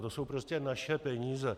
To jsou prostě naše peníze.